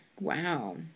Wow